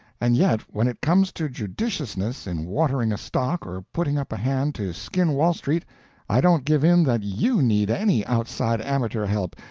and yet, when it comes to judiciousness in watering a stock or putting up a hand to skin wall street i don't give in that you need any outside amateur help,